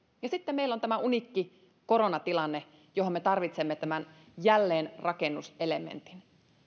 ja sitten meillä on tämä uniikki koronatilanne johon me tarvitsemme tämän jälleenrakennuselementin